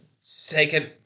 second